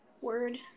word